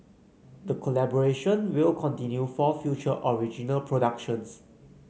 the collaboration will continue for future original productions